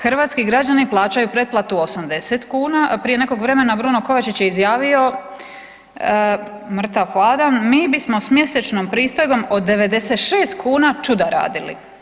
Hrvatski građani plaćaju pretplatu 80 kuna, prije nekog vremena Bruno Kovačić je izjavio mrtav hladan mi bismo s mjesečnom pristojbom od 96 kuna čuda radili.